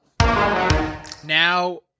Now